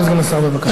אדוני סגן השר, בבקשה.